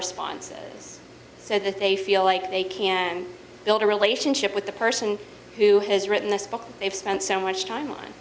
response so that they feel like they can build a relationship with the person who has written this book they've spent so much time on